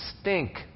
stink